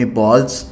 balls